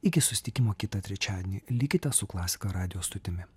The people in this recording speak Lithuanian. iki susitikimo kitą trečiadienį likite su klasika radijo stotimi